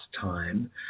time